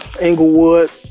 Englewood